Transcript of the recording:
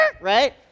Right